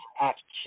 action